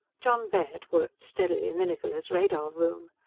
jon baird worked steadily in the niccola's radar room.